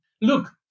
look